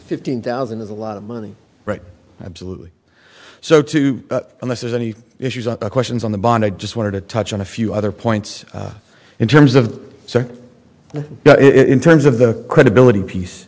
fifteen thousand is a lot of money right absolutely so too unless there's any issues of questions on the bond i just wanted to touch on a few other points in terms of so in terms of the credibility piece